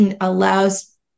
allows